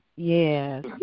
Yes